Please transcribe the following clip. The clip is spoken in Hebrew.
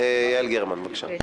יעל גרמן, בבקשה.